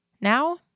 now